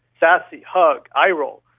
sassy, hug, eye-roll,